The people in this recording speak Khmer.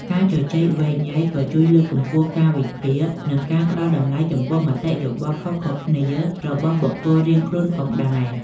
ការជជែកវែកញែកក៏ជួយលើកកម្ពស់ការវិភាគ និងការផ្ដល់តម្លៃចំពោះមតិយោបល់ខុសៗគ្នារបស់បុគ្គលរៀងខ្លួនផងដែរ។